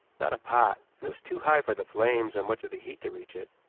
not a pot, and it was too high for the flames or much of the heat to reach it,